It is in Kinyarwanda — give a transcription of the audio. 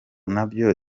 nabyo